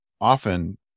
often